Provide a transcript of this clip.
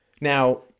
now